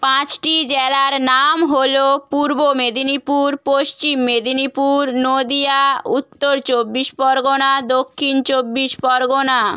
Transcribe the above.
পাঁচটি জেলার নাম হলো পূর্ব মেদিনীপুর পশ্চিম মেদিনীপুর নদীয়া উত্তর চব্বিশ পরগনা দক্ষিণ চব্বিশ পরগনা